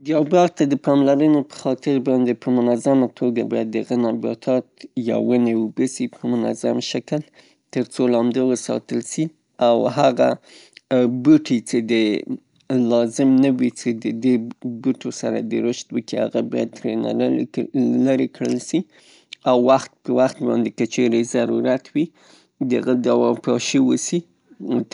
د رنګ سوي یا داغ سوي فرش د پاکولو لپاره تاسې کولای سئ په مربوطه ځاي کې مایع او د اوبو محلول او یا هم صابون هلته په هغه ځای د اوبو سره ګډ کئ او وایې چوئ او وروسته د هغه نه د یو ټوکر په واسطه باندې پاک کئ او وچ یې کئ، دا کار څو ځله تکرار کئ؛